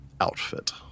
outfit